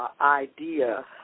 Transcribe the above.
idea